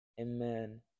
Amen